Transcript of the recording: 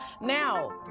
Now